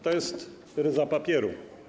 To jest ryza papieru.